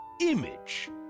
image